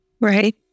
right